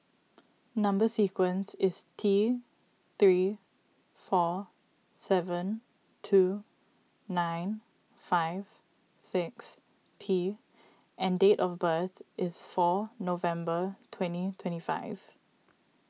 Number Sequence is T three four seven two nine five six P and date of birth is four November twenty twenty five